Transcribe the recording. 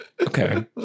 okay